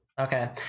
Okay